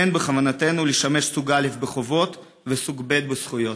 אין בכוונתנו להיות סוג א' בחובות וסוג ב' בזכויות.